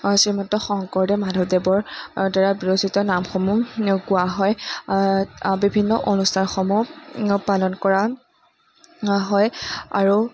শ্ৰীমন্ত শংকৰদেৱ মাধৱদেৱৰদ্বাৰা বিৰচিত নামসমূহ কোৱা হয় বিভিন্ন অনুষ্ঠানসমূহ পালন কৰা হয় আৰু